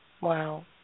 Wow